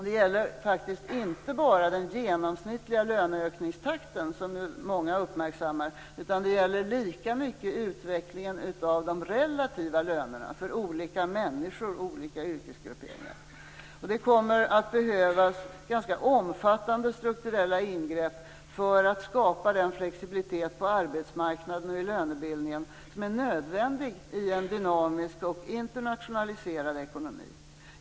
Det gäller inte bara den genomsnittliga löneökningstakten, som många nu uppmärksammar, utan det gäller lika mycket utvecklingen av de relativa lönerna för olika människor och olika yrkesgrupperingar. Det kommer att behövas ganska omfattande strukturella ingrepp för att skapa den flexibilitet på arbetsmarknaden och i lönebildningen som är nödvändig i en dynamisk och internationaliserad ekonomi.